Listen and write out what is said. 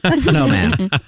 Snowman